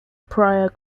prior